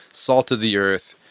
salt to the earth,